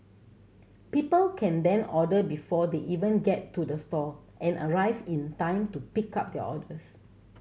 people can then order before they even get to the store and arrive in time to pick up their orders